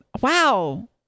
wow